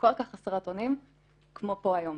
וכל כך חסרת אונים כמו פה היום.